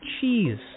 cheese